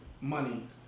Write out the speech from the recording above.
money